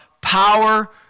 power